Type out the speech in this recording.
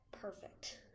perfect